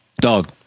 Dog